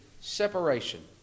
separation